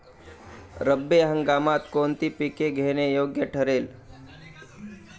रब्बी हंगामात कोणती पिके घेणे योग्य ठरेल?